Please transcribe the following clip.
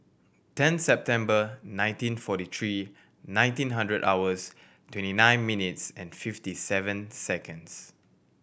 ten September nineteen forty three nineteen hundred hours twenty nine minutes and fifty seven seconds